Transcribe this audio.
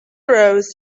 arose